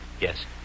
Yes